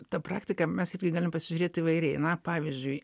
tą praktiką mes irgi galim pasižiūrėt įvairiai na pavyzdžiui